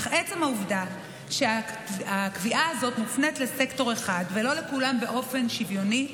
אך עצם העובדה שהקביעה הזאת מופנית לסקטור אחד ולא לכולם באופן שוויוני,